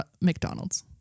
McDonald's